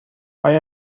آیا